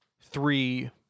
three